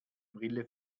brille